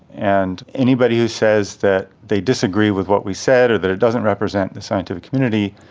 and anybody who says that they disagree with what we said or that it doesn't represent the scientific community,